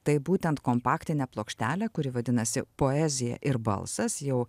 tai būtent kompaktinė plokštelė kuri vadinasi poezija ir balsas jau